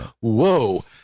whoa